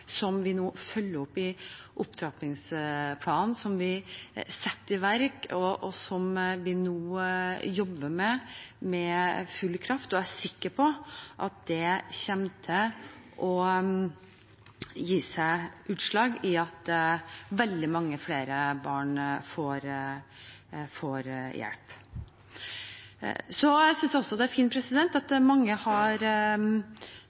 som vi nå følger opp i opptrappingsplanen, som vi setter i verk, og som vi nå jobber med med full kraft, og jeg er sikker på at det kommer til å gi seg utslag i at veldig mange flere barn får hjelp. Så synes jeg også det er fint